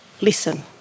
listen